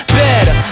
better